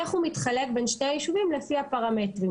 איך הוא מתחלק בין שני הישובים לפי הפרמטרים.